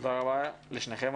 תודה רבה על זה לשניכם.